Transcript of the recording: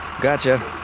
Gotcha